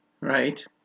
right